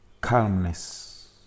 calmness